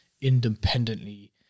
Independently